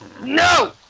No